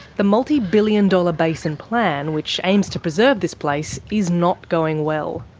the multi-billion dollar basin plan which aims to preserve this place is not going well.